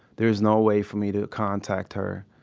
there is no way for me to contact her.